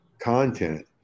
content